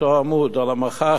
על המחאה החברתית,